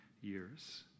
years